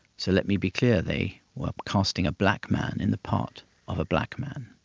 so let me be clear, they were casting a black man in the part of a black man.